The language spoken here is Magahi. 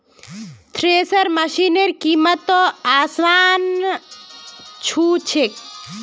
थ्रेशर मशिनेर कीमत त आसमान छू छेक